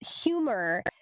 humor